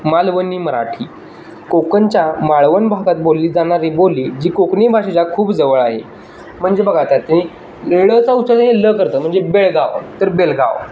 मालवणी मराठी कोकणच्या माळवन भागात बोलली जाणारी बोली जी कोकणी भाषेच्या खूप जवळ आहे म्हणजे बघा आता ते ळचा ल करतं म्हणजे बेळगाव तर बेलगाव